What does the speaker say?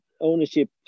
ownership